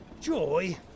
Joy